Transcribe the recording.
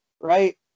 right